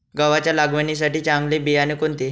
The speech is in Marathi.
गव्हाच्या लावणीसाठी चांगले बियाणे कोणते?